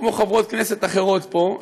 כמו חברות כנסת אחרות פה,